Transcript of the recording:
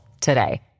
today